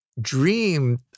dream